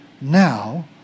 now